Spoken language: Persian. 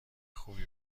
خوبی